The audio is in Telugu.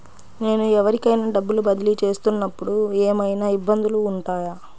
నేను ఎవరికైనా డబ్బులు బదిలీ చేస్తునపుడు ఏమయినా ఇబ్బందులు వుంటాయా?